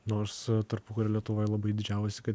nors tarpukario lietuvoj labai didžiavosi kad